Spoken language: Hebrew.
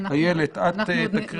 במחיר ש-180,000 אותרו כמגעים,